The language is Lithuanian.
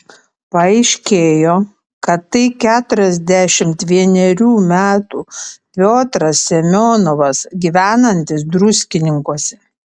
paaiškėjo kad tai keturiasdešimt vienerių metų piotras semionovas gyvenantis druskininkuose